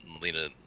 Lena